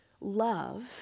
love